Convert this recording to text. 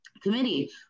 committee